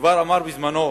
כבר אמר בזמנו